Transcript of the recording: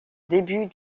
début